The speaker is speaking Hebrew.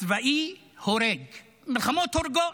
מלחמות הורגות.